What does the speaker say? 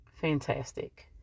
fantastic